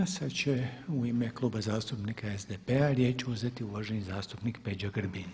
Sad će u ime Kluba zastupnika SDP-a riječ uzeti uvaženi zastupnik Peđa Grbin.